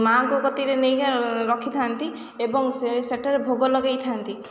ମାଙ୍କ କତିରେ ନେଇକି ରଖିଥାନ୍ତି ଏବଂ ସେ ସେଠାରେ ଭୋଗ ଲଗାଇଥାନ୍ତି